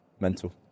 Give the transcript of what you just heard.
mental